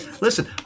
listen